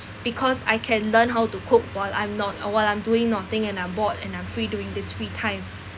because I can learn how to cook while I'm not uh while I'm doing nothing and I'm bored and I'm free during this free time